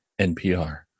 NPR